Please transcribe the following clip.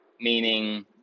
meaning